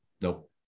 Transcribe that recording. Nope